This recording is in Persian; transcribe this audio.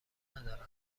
ندارن